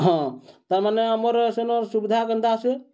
ହଁ ତାର୍ମାନେ ଆମର୍ ସେନର୍ ସୁବିଧା କେନ୍ତା ଅଛେ